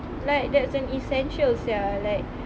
like that's an essential sia like